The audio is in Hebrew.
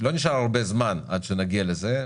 לא נשאר הרבה זמן עד שנגיע לזה.